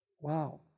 Wow